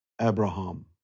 Abraham